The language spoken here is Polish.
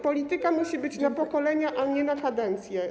Polityka musi być na pokolenia, a nie na kadencje.